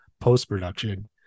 post-production